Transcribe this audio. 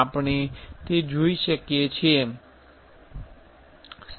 આપણે તે જોઈ શકો છો